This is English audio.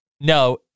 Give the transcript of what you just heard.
No